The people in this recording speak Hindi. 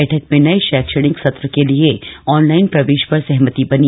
बैठक में नए शैक्षणिक सत्र के लिए ऑनलाइन प्रवेश पर सहमति बनी